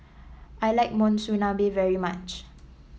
I like Monsunabe very much